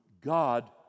God